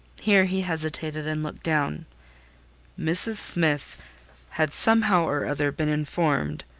here he hesitated and looked down mrs. smith had somehow or other been informed,